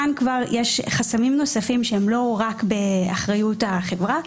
כאן כבר יש חסמים נוספים שהם לא רק באחריות החברה.